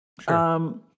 Sure